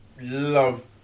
love